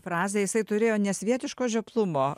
frazė jisai turėjo nesvietiško žioplumo